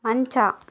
ಮಂಚ